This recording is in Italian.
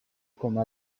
come